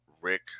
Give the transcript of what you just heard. Rick